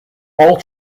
all